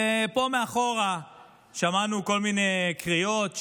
פה מאחור שמענו כל מיני קריאות: